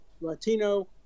Latino